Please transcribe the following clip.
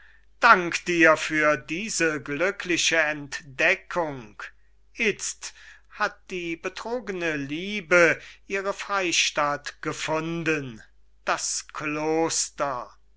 dank dir für diese glückliche entdeckung itzt hat die betrogene liebe ihre freystatt gefunden das kloster